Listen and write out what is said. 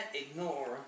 ignore